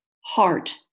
heart